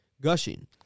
Gushing